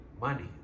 money